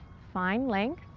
find length.